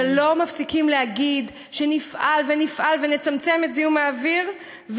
כשלא מפסיקים להגיד שנפעל ונפעל ונצמצם את זיהום האוויר,